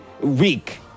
week